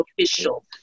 official